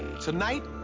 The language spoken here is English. Tonight